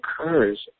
occurs